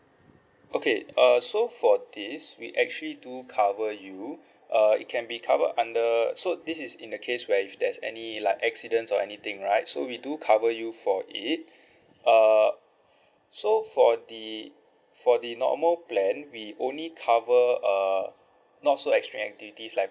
okay uh so for this we actually do cover you uh it can be covered under so this is in the case where if there's any like accidents or anything right so we do cover you for it err so for the for the normal plan we only cover err not so extreme activities like